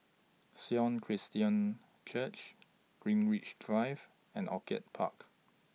Sion Christian Church Greenwich Drive and Orchid Park